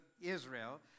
Israel